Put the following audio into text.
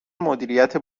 مدیریت